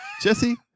Jesse